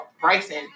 Bryson